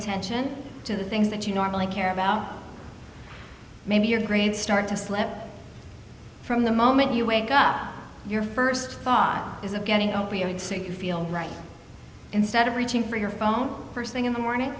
attention to the things that you normally care about maybe your green start to slip from the moment you wake up your first thought is of getting opioid sick you feel right instead of reaching for your phone first thing in the morning